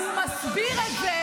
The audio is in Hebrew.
הוא מסביר את זה